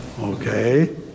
Okay